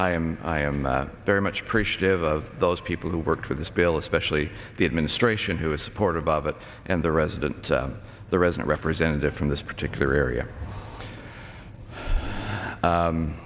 i am i am very much appreciate of those people who work for this bill especially the administration who is supportive of it and the resident the resident representative from this particular area